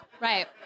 Right